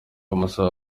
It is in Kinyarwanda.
amasaha